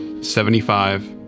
Seventy-five